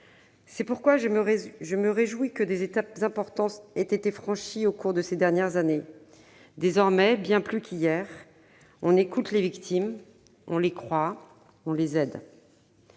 C'est pourquoi je me réjouis que des étapes importantes aient été franchies au cours de ces dernières années. Désormais, bien plus qu'hier, on écoute les victimes, on les croit, on les aide.